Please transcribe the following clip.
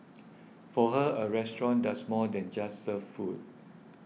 for her a restaurant does more than just serve food